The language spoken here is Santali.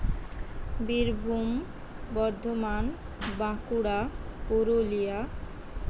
ᱵᱤᱨᱵᱷᱩᱢ ᱵᱚᱨᱫᱷᱚᱢᱟᱱ ᱵᱟᱸᱠᱩᱲᱟ ᱯᱩᱨᱩᱞᱤᱭᱟ